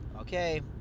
okay